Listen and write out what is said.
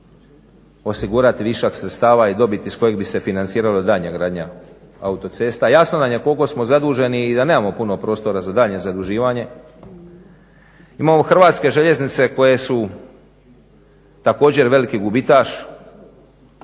osigurati višak sredstava i dobit iz kojih bi se financirala daljnja gradnja autocesta, jasno nam je koliko smo zaduženi i da nemamo puno prostora za daljnje zaduživanje, imamo Hrvatske željeznice koje su također veliki gubitaš